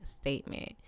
statement